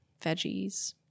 veggies